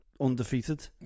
undefeated